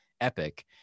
epic